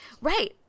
Right